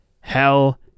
Hell